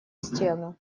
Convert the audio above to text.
стену